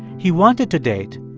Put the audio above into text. he wanted to date,